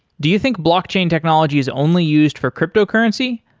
do you think blockchain technology is only used for cryptocurrency?